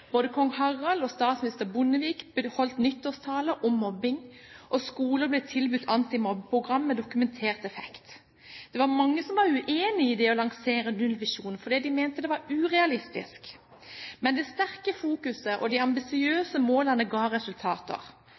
Både kong Harald og statsminister Bondevik holdt nyttårstaler om mobbing, og skoler ble tilbudt antimobbeprogrammer med dokumentert effekt. Det var mange som var uenige i det å lansere en nullvisjon, fordi de mente det var urealistisk. Men det sterke fokuset og de ambisiøse målene ga resultater.